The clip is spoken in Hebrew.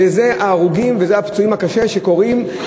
וזה המקרים של ההרוגים ושל הפצועים קשה שקורים,